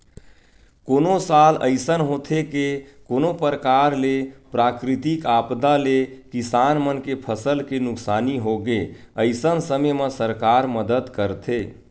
कोनो साल अइसन होथे के कोनो परकार ले प्राकृतिक आपदा ले किसान मन के फसल के नुकसानी होगे अइसन समे म सरकार मदद करथे